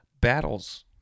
battles